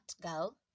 girl